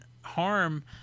harm